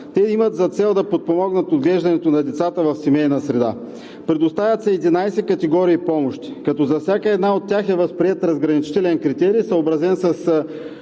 Те имат за цел да подпомогнат отглеждането на децата в семейна среда. Предоставят се 11 категории помощи, като за всяка една от тях е възприет разграничителен критерий, съобразен с